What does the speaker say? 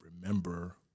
remember